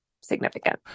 significant